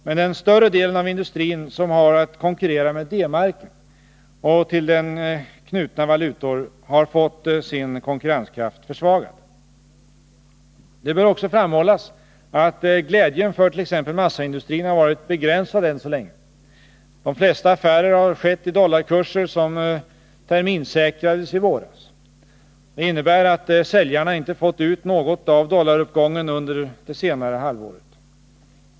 Men den större delen av industrin som har att konkurrera med D-marken och till den knutna valutor har fått sin konkurrenskraft försvagad. Det bör också framhållas att glädjen för t.ex. massaindustrin har varit begränsad än så länge. De flesta affärer har skett i dollarkurser som terminssäkrades i våras. Det innebär att säljarna inte fått ut något av dollaruppgången under det senaste halvåret.